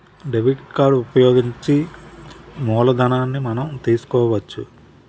debit card ఉపయోగించి మూలధనాన్ని మనం తీసుకోవచ్చు